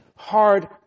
Hard